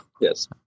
Yes